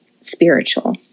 spiritual